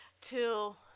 Till